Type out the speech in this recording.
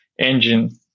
engine